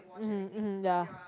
mmhmm mmhmm ya